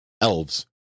elves